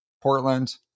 Portland